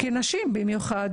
במיוחד הנשים,